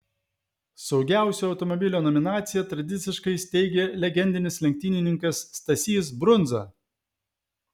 saugiausio automobilio nominaciją tradiciškai steigia legendinis lenktynininkas stasys brundza